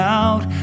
out